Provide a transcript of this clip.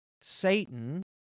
Satan